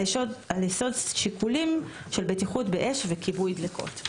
על יסוד שיקולים של בטיחות אש וכיבוי דליקות;